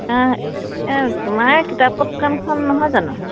মায়া কিতাপৰ দোকানখন নহয় জানো